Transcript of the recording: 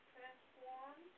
Transform